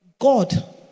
God